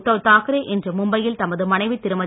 உத்தவ் தாக்ரே இன்று மும்பையில் தமது மனைவி திருமதி